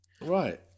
Right